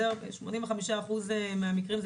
85% מהמקרים זה